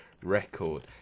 record